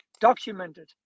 documented